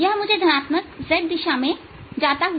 यह मुझे धनात्मक z दिशा में जाता हुआ